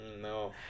No